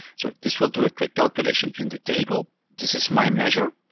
so this will do a quick calculation in the table. this is my measure.